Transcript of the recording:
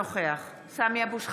נגד סמי אבו שחאדה,